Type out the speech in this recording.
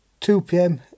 2pm